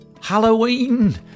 Halloween